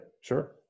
sure